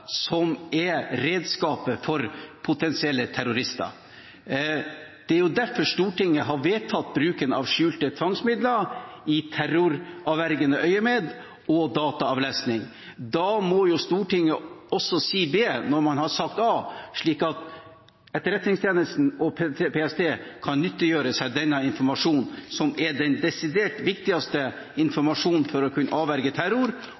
er redskapet for potensielle terrorister. Det er derfor Stortinget har vedtatt bruk av skjulte tvangsmidler i terroravvergende øyemed og dataavlesning, og da må Stortinget også si B når man har sagt A, slik at Etterretningstjenesten og PST kan nyttiggjøre seg denne informasjonen, som er den desidert viktigste informasjonen for å kunne avverge terror